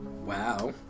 Wow